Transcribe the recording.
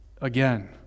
again